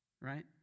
Right